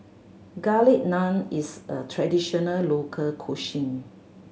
Garlic Naan is a traditional local cuisine